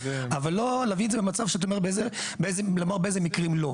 אבל לא להביא את זה למצב שאתה אומר באיזה מקרים לא.